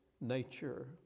nature